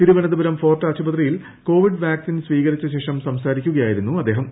Thiruvananthapuram fort ആശുപത്രിയിൽ Covid vaccine സ്വീകരിച്ച ശേഷം സംസാരിക്കുകയായിരുന്നു അദ്ദേഹം